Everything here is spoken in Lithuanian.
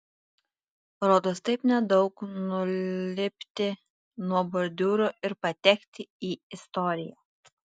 rodos taip nedaug nulipti nuo bordiūro ir patekti į istoriją